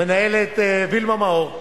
המנהלת וילמה מאור,